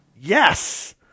Yes